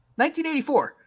1984